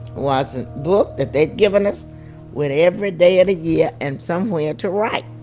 was a book that they'd given us with every day of the year and somewhere to write.